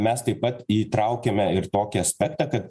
mes taip pat įtraukiame ir tokį aspektą ka